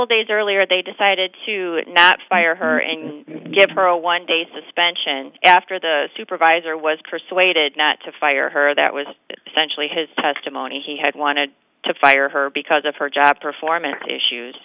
couple days earlier they decided to not fire her and give her a one day suspension after the supervisor was persuaded not to fire her that was centrally his testimony he had wanted to fire her because of her job performance issues